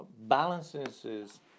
balances